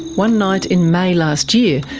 one night in may last year,